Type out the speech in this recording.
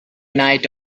night